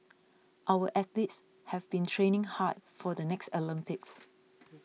our athletes have been training hard for the next Olympics